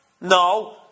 No